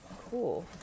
cool